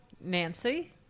Nancy